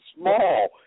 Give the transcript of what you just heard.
small